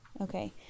Okay